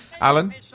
Alan